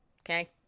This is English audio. Okay